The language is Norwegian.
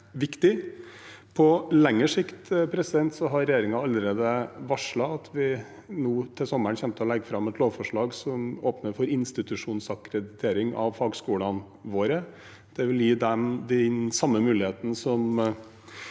På lengre sikt har regjeringen allerede varslet at vi nå til sommeren kommer til å legge fram et lovforslag som åpner for institusjonsakkreditering av fagskolene våre. Det vil gi dem den samme muligheten som